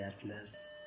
Atlas